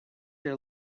your